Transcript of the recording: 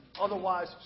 otherwise